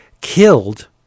killed